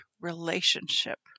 relationship